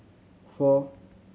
four